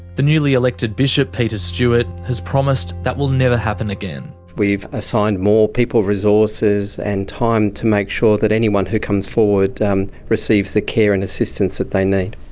the newly-elected bishop, peter stuart, has promised that will never happen again. we've assigned more people, resources, and time to make sure that anyone who comes forward receives the care and assistance that they need.